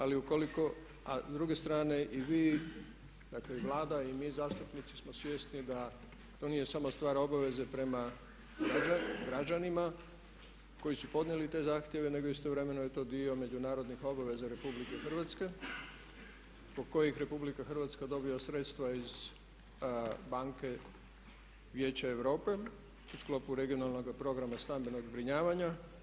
Ali ukoliko, a s druge strane i vi, dakle i Vlada i mi zastupnici smo svjesni da to nije samo stvar obaveze prema građanima koji su podnijeli te zahtjeve nego istovremeno je to dio međunarodnih obaveza RH zbog kojih RH dobiva sredstva iz Banke vijeća Europe u sklopu Regionalnoga programa stambenog zbrinjavanja.